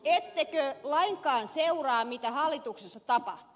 ettekö lainkaan seuraa mitä hallituksessa tapahtuu